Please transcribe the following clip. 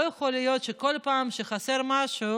לא יכול להיות שכל פעם שחסר משהו